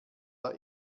der